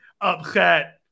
upset